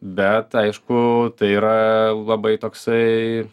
bet aišku tai yra labai toksai